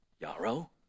Yarrow